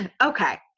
Okay